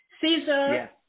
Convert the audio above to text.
Caesar